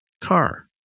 car